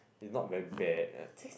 it's not very bad like